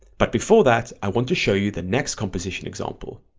but before that i want to show you the next composition example.